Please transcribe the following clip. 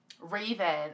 raven